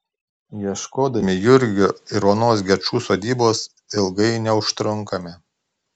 ieškodami jurgio ir onos gečų sodybos ilgai neužtrunkame